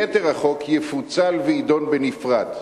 החוק יפוצל ויתרו יידון בנפרד.